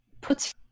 puts